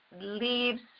leaves